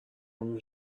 اون